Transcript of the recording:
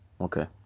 Okay